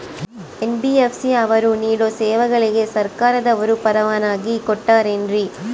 NBFC ಅವರು ನೇಡೋ ಸೇವೆಗಳಿಗೆ ಸರ್ಕಾರದವರು ಪರವಾನಗಿ ಕೊಟ್ಟಾರೇನ್ರಿ?